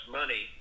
money